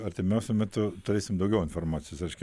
artimiausiu metu turėsim daugiau informacijos reiškia